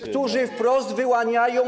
którzy wprost wyłaniają.